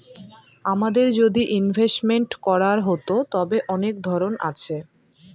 আমাদের যদি ইনভেস্টমেন্ট করার হতো, তবে অনেক ধরন আছে